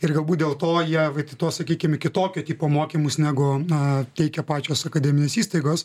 ir galbūt dėl to jie vietoj to sakykim į kitokio tipo mokymus negu na teikia pačios akademinės įstaigos